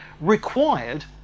required